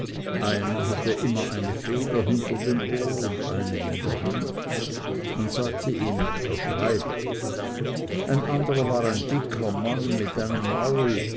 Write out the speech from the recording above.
einer hatte immer eine feder hinter dem ohr und eine in der hand man sagte ihm der schreiber ein anderer war ein dicker mann mit einem maul